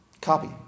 Copy